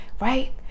Right